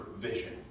vision